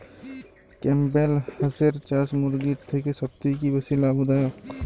Campbell হাঁসের চাষ মুরগির থেকে সত্যিই কি বেশি লাভ দায়ক?